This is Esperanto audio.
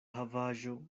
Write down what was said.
havaĵo